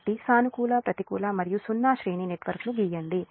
కాబట్టి సానుకూల ప్రతికూల మరియు సున్నా శ్రేణి నెట్వర్క్ను గీయండి